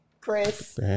Chris